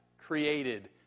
created